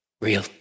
real